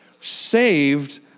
saved